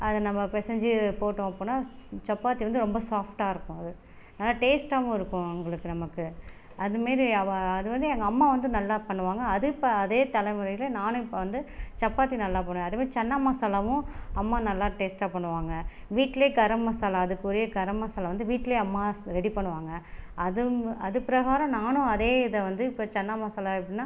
அதை நம்ப பிசஞ்சி போட்டோம் அப்படினா சப்பாத்தி வந்து ரொம்ப சாஃப்டா இருக்குது நல்லா டேஸ்ட்டாவும் இருக்கும் உங்களுக்கு நமக்கு அது மாதிரி அவ அது வந்து எங்கள் அம்மா வந்து நல்லா பண்ணுவாங்கள் அது இப்போ அதே தலைமுறையில் நானும் இப்போ வந்து சப்பாத்தி நல்லா போடுவ அது மாதிரி சன்னா மசாலாவும் அம்மா நல்லா டேஸ்ட்டா பண்ணுவாங்கள் வீட்லயே கரம் மசாலா அதுபோலயே கரம் மசாலா வந்து வீட்டுலயே அம்மா ரெடி பண்ணுவாங்கள் அது ப்ரகாரம் நானும் அதே இதை வந்து இப்போ சன்னா மசாலா எப்படினா